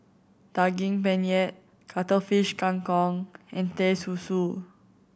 Daging Penyet Cuttlefish Kang Kong and Teh Susu